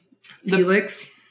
Felix